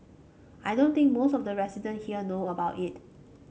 I don't think most of the resident here know about it